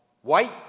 white